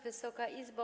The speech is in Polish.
Wysoka Izbo!